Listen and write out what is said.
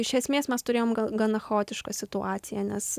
iš esmės mes turėjom ga gana chaotišką situaciją nes